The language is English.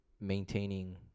maintaining